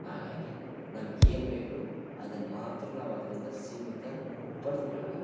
ಹಾಗಾಗಿ ನಮ್ಗೆ ಏನು ಬೇಕು ಅದ್ನ ಮಾತ್ರ ನಾವು ಅದರಿಂದ ಸೀಮಿತ ಪಡೆದ್ಕೊಳ್ಬೇಕು